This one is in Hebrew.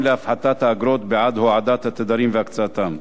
להפחתת האגרות בעד הועדת התדרים והקצאתם.